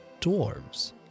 dwarves